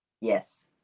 Yes